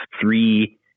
three